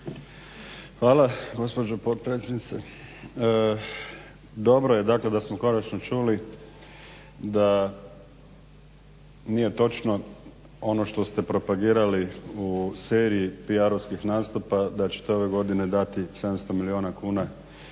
Hvala gospođo potpredsjednice. Dobro je da smo konačno čuli da nije točno ono što ste propagirali u seriji PR-ovskih nastupa da ćete ove godine dati 700 milijuna kuna